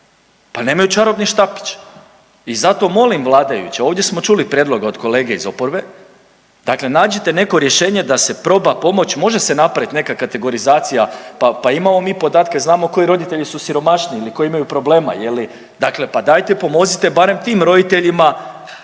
Pa nemaju čarobni štapić i zato molim vladajuće, ovdje smo čuli prijedlog od kolege iz oporbe. Znači nađite neko rješenje da se proba pomoći. Može se napraviti neka kategorizacija. Pa imamo mi podatke, znamo koji roditelji su siromašniji ili koji imaju problema je li. Dakle, pa dajte pomozite barem tim roditeljima